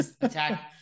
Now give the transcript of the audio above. attack